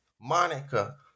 Monica